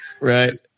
Right